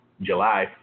July